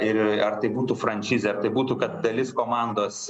ir ar tai būtų franšizė ar tai būtų kad dalis komandos